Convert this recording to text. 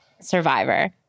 Survivor